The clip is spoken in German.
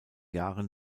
jahren